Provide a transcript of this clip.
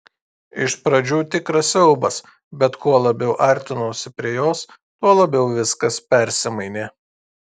iš pradžių tikras siaubas bet kuo labiau artinausi prie jos tuo labiau viskas persimainė